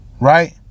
Right